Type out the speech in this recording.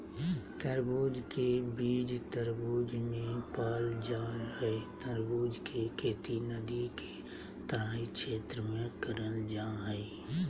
तरबूज के बीज तरबूज मे पाल जा हई तरबूज के खेती नदी के तराई क्षेत्र में करल जा हई